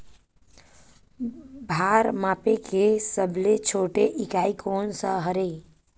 भार मापे के सबले छोटे इकाई कोन सा हरे?